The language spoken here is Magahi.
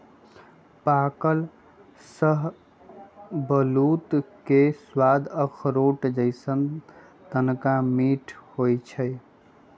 पाकल शाहबलूत के सवाद अखरोट जइसन्न तनका मीठ होइ छइ